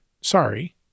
Sorry